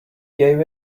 gave